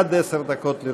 עד עשר דקות לרשותך.